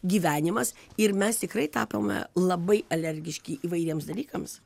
gyvenimas ir mes tikrai tapome labai alergiški įvairiems dalykams